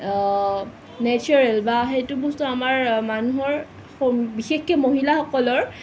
natural বা সেইটো বস্তু আমাৰ মানুহৰ বিশেষকে মহিলাসকলৰ